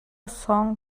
song